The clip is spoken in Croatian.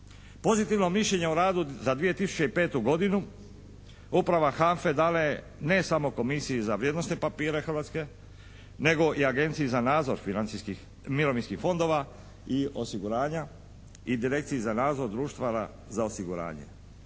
Pozitivno mišljenje o radu za 2005. godinu uprava HANFA-e dala je ne samo Komisiji za vrijednosne papire Hrvatske nego i Agenciji za nadzor financijskih, mirovinskih fondova i osiguranja i direkciji za nadzor društava za osiguranje.